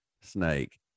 snake